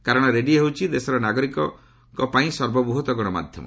କାରଣ ରେଡିଓ ହେଉଛି ଦେଶର ନାଗରିକଙ୍କ ପାଇଁ ସର୍ବବୃହତ ଗଣମାଧ୍ୟମ